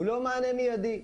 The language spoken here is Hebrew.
הוא לא מענה מידי.